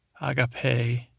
Agape